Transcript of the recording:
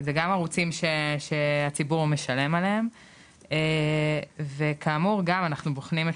זה גם ערוצים שהציבור משלם עליהם וכאמור גם אנחנו בוחנים את